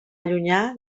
llunyà